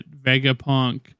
Vegapunk